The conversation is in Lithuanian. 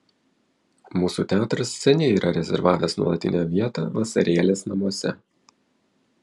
mūsų teatras seniai yra rezervavęs nuolatinę vietą vasarėlės namuose